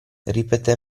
ripetè